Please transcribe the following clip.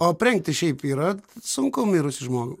o aprengti šiaip yra sunku mirusį žmogų